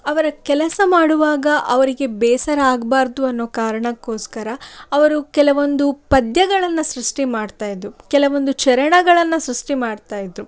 ಅವರ ಕೆಲಸ ಮಾಡುವಾಗ ಅವರಿಗೆ ಬೇಸರ ಆಗಬಾರ್ದು ಅನ್ನೋ ಕಾರಣಕ್ಕೋಸ್ಕರ ಅವರು ಕೆಲವೊಂದು ಪದ್ಯಗಳನ್ನು ಸೃಷ್ಟಿ ಮಾಡ್ತಾ ಇದ್ದರು ಕೆಲವೊಂದು ಚರಣಗಳನ್ನು ಸೃಷ್ಟಿ ಮಾಡ್ತಾ ಇದ್ದರು